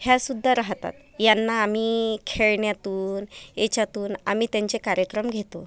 ह्यासुद्धा राहतात यांना आम्ही खेळण्यातून याच्यातून आम्ही त्यांचे कार्यक्रम घेतो